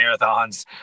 marathons